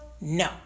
No